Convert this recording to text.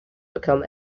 become